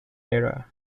era